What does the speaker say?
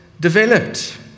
developed